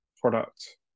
product